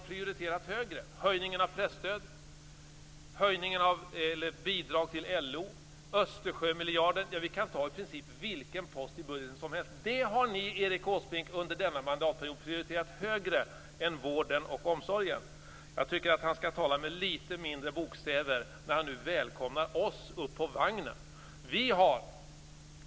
Det gäller höjningen av presstödet, bidrag till LO, Östersjömiljarden - vi kan ta i princip vilken post i budgeten som helst. Det har ni prioriterat högre än vården och omsorgen under denna mandatperiod, Erik Åsbrink. Jag tycker att Erik Åsbrink skall tala med litet mindre bokstäver när han nu välkomnar oss upp på vagnen. Herr talman!